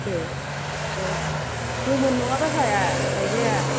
ए ए गोमोन नङाबा जाया गायजाया